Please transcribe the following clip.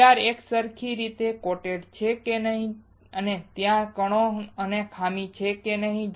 PR એકસરખી રીતે coated છે કે નહીં અને ત્યાં કણો અને ખામી છે કે નહીં